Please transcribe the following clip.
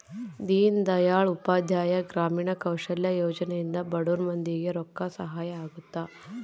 ದೀನ್ ದಯಾಳ್ ಉಪಾಧ್ಯಾಯ ಗ್ರಾಮೀಣ ಕೌಶಲ್ಯ ಯೋಜನೆ ಇಂದ ಬಡುರ್ ಮಂದಿ ಗೆ ರೊಕ್ಕ ಸಹಾಯ ಅಗುತ್ತ